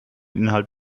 inhalt